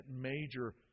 major